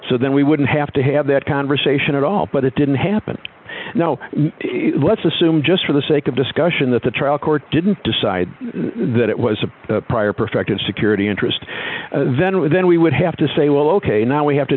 so then we wouldn't have to have that conversation at all but it didn't happen now let's assume just for the sake of discussion that the trial court didn't decide that it was a prior perfect and security interest then we then we would have to say well ok now we have to